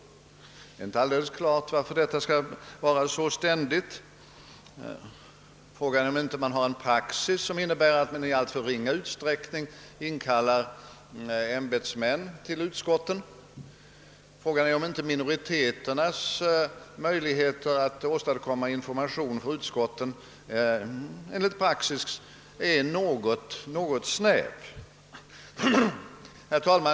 Det är inte klart att denna inskränkning ständigt skall finnas. Fråga är om man inte har en praxis som innebär att ämbetsmän inkallas till utskotten i alltför ringa utsträckning. Fråga är också om inte minoriteternas möjligheter att få information framlagd i utskotten är för snäv enligt praxis. Herr talman!